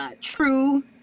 True